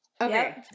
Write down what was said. Okay